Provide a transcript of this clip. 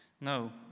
No